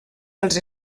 dels